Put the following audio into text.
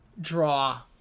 draw